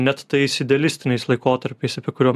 net tais idealistiniais laikotarpiais apie kuriuo